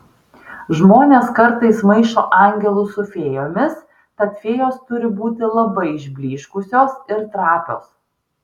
žmonės kartais maišo angelus su fėjomis tad fėjos turi būti labai išblyškusios ir trapios